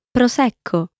Prosecco